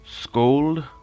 Scold